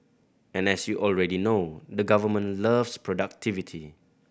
and as you already know the government loves productivity